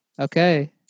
Okay